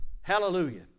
Hallelujah